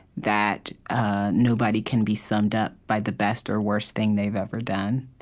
that nobody can be summed up by the best or worst thing they've ever done.